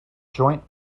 joint